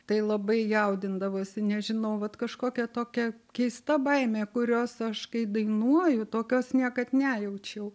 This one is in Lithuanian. tai labai jaudindavausi nežinau vat kažkokia tokia keista baimė kurios aš kai dainuoju tokios niekad nejaučiau